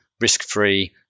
risk-free